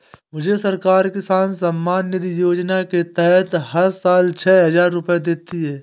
मुझे सरकार किसान सम्मान निधि योजना के तहत हर साल छह हज़ार रुपए देती है